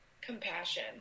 compassion